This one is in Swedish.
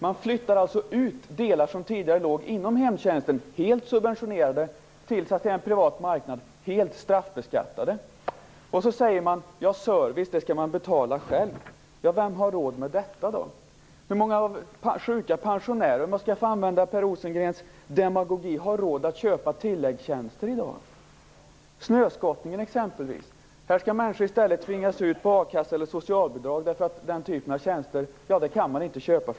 Man flyttar alltså ut delar som tidigare låg inom hemtjänsten, helt subventionerade, till en privat marknad, helt straffbeskattade. Därefter säger man att service skall alla betala själva. Vem har råd med det? Hur många sjuka pensionärer, för att använda Per Rosengrens demagogi, har råd att köpa tilläggstjänster i dag, exempelvis snöskottning? Här skall människor i stället tvingas ut på akassa eller socialbidrag därför att man inte kan köpa den typen av tjänster.